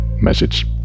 message